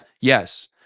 yes